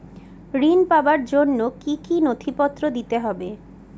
ঋণ পাবার জন্য কি কী নথিপত্র দিতে হবে?